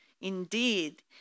Indeed